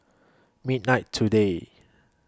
midnight today